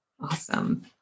Awesome